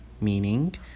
meaning